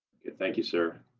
thank you, sir.